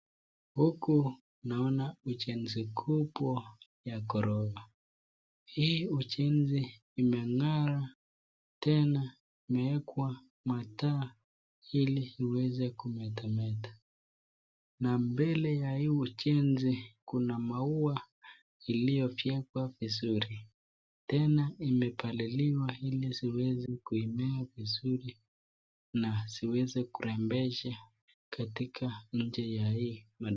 Huku naona ujenzi kubwa ya gorofa, hii ujenzi umengara tena imewekwa mataa ili iweze kumetameta, na mbele ya hii ujenzi kuna maua iliyofyekwa vizuri tena imepaliliwa ili ziweze kumea vizuri na ziweze kurembesha katika nje ya hii.